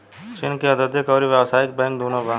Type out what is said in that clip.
चीन के औधोगिक अउरी व्यावसायिक बैंक दुनो बा